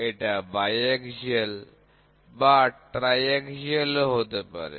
এটা দ্বিঅক্ষীয় বা ত্রিঅক্ষীয় ও হতে পারে